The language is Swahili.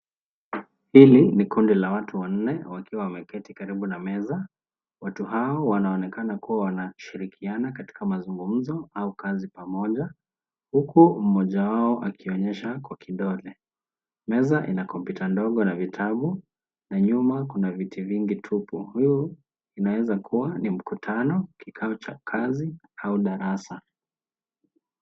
Hili ni kundi la watu wanne wakiwa wameketi karibu na meza. Watu hao wanaonekana kuwa wanashirikiana katika mazungumzo au kazi pamoja huku mmoja wao akionyesha kwa kidole. Meza ina kompyuta ndogo na vitabu na nyuma kuna viti vingi tupu. Huu unaweza kuwa ni mkutano, kikao cha kazi au darasa.